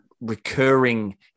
recurring